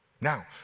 Now